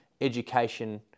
education